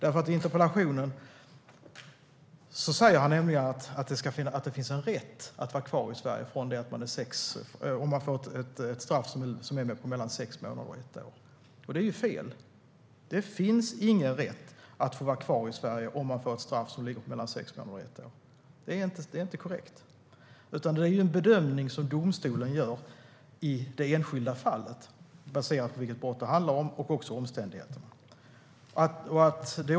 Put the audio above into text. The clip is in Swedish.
I interpellationen skrev han nämligen att det finns en rätt att vara kvar i Sverige om man får ett fängelsestraff som är på mellan sex månader och ett år. Det är ju fel. Det finns ingen rätt att vara kvar i Sverige om man får ett straff som ligger på mellan sex månader och ett år. Det är inte korrekt, utan det är en bedömning domstolen gör i det enskilda fallet baserat på vilket brott det handlar om och även omständigheterna.